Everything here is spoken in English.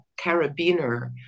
carabiner